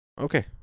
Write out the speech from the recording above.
Okay